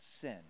sin